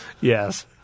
Yes